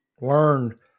Learn